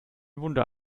wunder